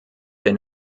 der